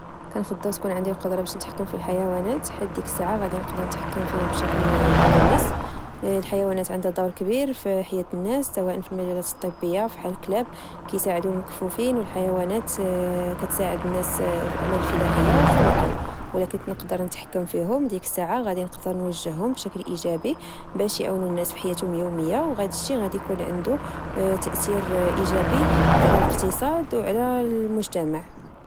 كنفضل تكون عندي القدرة باش نتحكم في الحيوانات حيت ديك الساعة غادي نقدر نتحكم فيهم بشكل عاونو الناس الحيوانات عندها دور كبير في حياة الناس سواء في المجالات الطبية فحال الكلاب كيساعد المكفوفين والحيوانات كتساعد الناس في الاعمال الفلاحية وفي النقل ولكن نقدر نتحكم فيهم. ديك الساعة غادي نقدر نوجههم بشكل ايجابي باش يعاونو الناس في حياتهم اليوميه وهادشي غادي يكون عندو تاثير ايجابي على الاقتصاد وعلى المجتمع